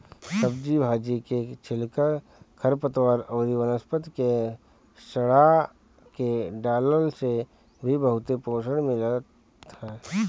सब्जी भाजी के छिलका, खरपतवार अउरी वनस्पति के सड़आ के डालला से भी बहुते पोषण मिलत ह